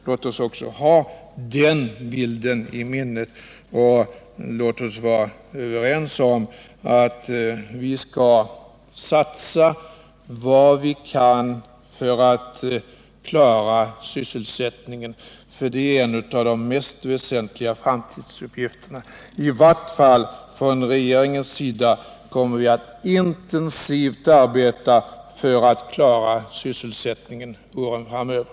Låt oss också ha den bilden med i minnet, och låt oss vara överens om att vi skall satsa vad vi kan för att klara sysselsättningen, som ju är en av de mest väsentliga framtidsuppgifterna. I vart fall kommer vi från regeringens sida att intensivt arbeta för att klara sysselsättningen under åren framöver.